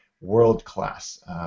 world-class